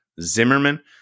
Zimmerman